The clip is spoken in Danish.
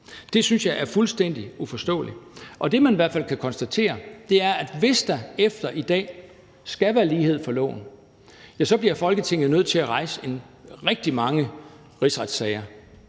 Det synes jeg er fuldstændig uforståeligt. Og det, man i hvert fald kan konstatere, er, at hvis der efter i dag skal være lighed for loven, bliver Folketinget nødt til at rejse rigtig mange rigsretssager,